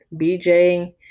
BJ